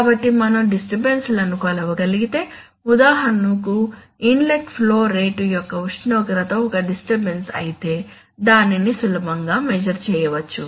కాబట్టి మనం డిస్టర్బన్స్ లను కొలవగలిగితే ఉదాహరణకు ఇన్లెట్ ఫ్లో రేటు యొక్క ఉష్ణోగ్రత ఒక డిస్టర్బన్స్ అయితే దానిని సులభంగా మెస్సుర్ చేయవచ్చు